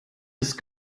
ist